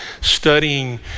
studying